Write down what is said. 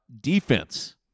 Defense